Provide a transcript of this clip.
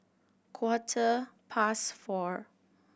quarter past four